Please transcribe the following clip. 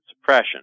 suppression